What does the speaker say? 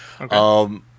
Okay